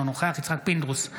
אינו נוכח יצחק פינדרוס,